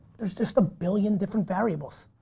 there's just a billion different variables.